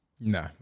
No